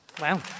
Wow